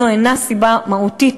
זו אינה סיבה מהותית,